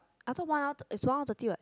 I thought one hour is one hour thirty what